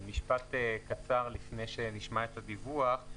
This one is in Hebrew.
משפט קצר לפני שנשמע את הדיווח.